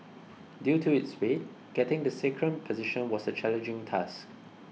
due to its weight getting the sacrum positioned was a challenging task